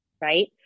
Right